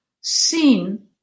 seen